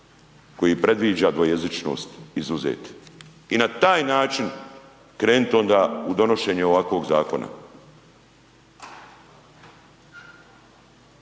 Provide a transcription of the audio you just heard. koji predviđa dvojezičnost, izuzeti. I na taj način krenit onda u donošenje ovakvog zakona.